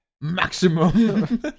maximum